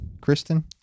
Kristen